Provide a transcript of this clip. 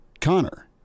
Connor